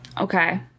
Okay